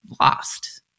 lost